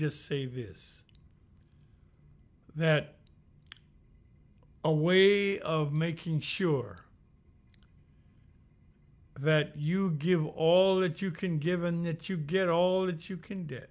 just say this that a way of making sure that you give all that you can given that you get all that you can